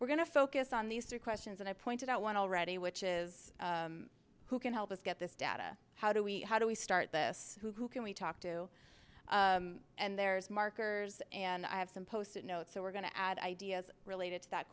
we're going to focus on these three questions and i pointed out one already which is who can help us get this data how do we how do we start this who can we talk to and there's markers and i have some post notes that we're going to add ideas related to that